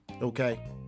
Okay